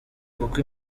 kuko